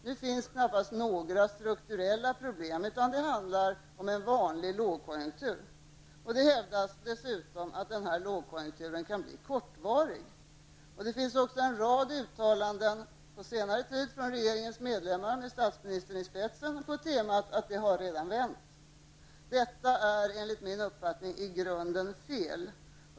Nu finns knappast några strukturella problem, utan det handlar om en ''vanlig'' lågkonjunktur. Det hävdas dessutom att denna lågkonjunktur kan bli kortvarig. Det finns också en rad uttalanden på senare tid från regeringens medlemmar med statsministern i spetsen på temat ''det har redan vänt''. Detta är enligt min uppfattning i grunden fel.